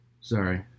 Sorry